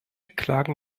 klagen